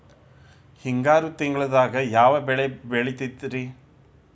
ಹಿಂಗಾರು ತಿಂಗಳದಾಗ ಯಾವ ಬೆಳೆ ಬೆಳಿತಿರಿ?